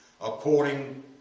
according